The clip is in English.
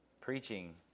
preaching